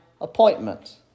appointment